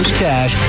cash